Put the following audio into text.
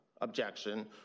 objection